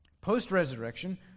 Post-resurrection